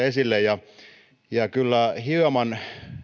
esille yksityiskohtia kyllä hieman